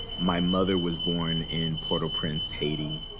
my mother was born in port-au-prince, haiti.